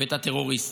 ואת הטרוריסט.